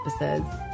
episodes